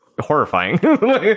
horrifying